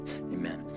Amen